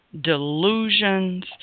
delusions